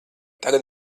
tagad